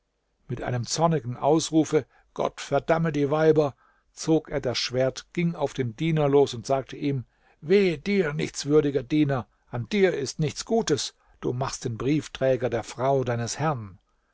mit einem zornigen ausrufe gott verdamme die weiber zog er das schwert ging auf den diener los und sagte ihm wehe dir nichtswürdiger diener an dir ist nichts gutes du machst den briefträger der frau deines herrn